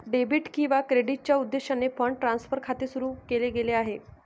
debit किंवा क्रेडिटच्या उद्देशाने फंड ट्रान्सफर खाते सुरू केले गेले आहे